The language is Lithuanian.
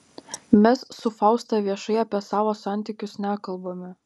mes su fausta viešai apie savo santykius nekalbame